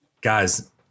Guys